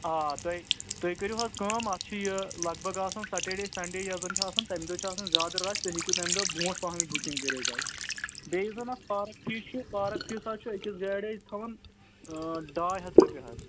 آ تُہۍ تُہۍ کٔرِو حظ کٲم اَتھ چھِ یہِ لگ بگ آسان سیٹرڈے سَنڈے یۄس زَن چھِ آسان تَمہِ دۄہ چھِ آسان زیادٕ رَش تُہۍ ہیٚکِو تَمہِ دۄہ برٛونٛٹھ پَہم بُکِنٛگ کٔرِتھ حظ بیٚیہِ یُس زَن اَتھ پارَک فیٖس چھُ پارَک فیٖس حظ چھُ أکِس گاڑِ حظ تھاوان ڈاے ہَتھ رۄپیہِ حظ